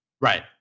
right